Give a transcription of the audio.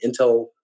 Intel